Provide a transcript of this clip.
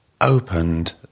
opened